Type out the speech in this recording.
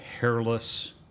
hairless